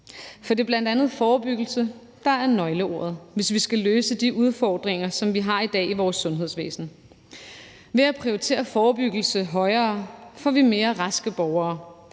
For det er bl.a. forebyggelse, der er nøgleordet, hvis vi skal løse de udfordringer, som vi har i dag i vores sundhedsvæsen. Ved at prioritere forebyggelse højere får vi mere raske borgere,